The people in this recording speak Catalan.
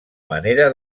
manera